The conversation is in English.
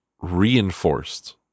reinforced